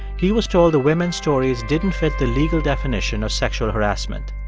he was told the women's stories didn't fit the legal definition of sexual harassment.